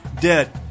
dead